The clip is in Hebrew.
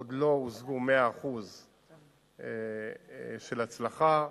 עוד לא הושגו 100% של הצלחה.